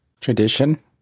Tradition